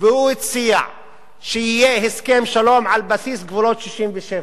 הוא הציע שיהיה הסכם שלום על בסיס גבולות 67'